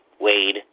Wade